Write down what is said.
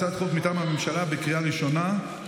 הצעת חוק מטעם הממשלה לקריאה ראשונה,